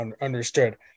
Understood